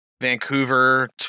Vancouver